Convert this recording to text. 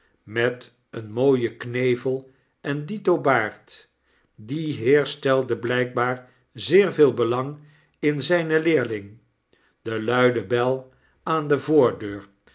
met een mooien knevel en dito baard die heer stelde blijkbaar zeer veel belang in zijne leerling de luide bel aan de voordeur